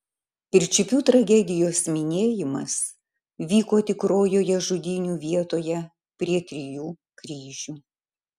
pirčiupių tragedijos minėjimas vyko tikrojoje žudynių vietoje prie trijų kryžių